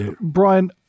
Brian